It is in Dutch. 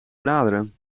bladeren